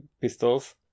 pistols